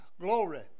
Glory